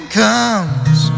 comes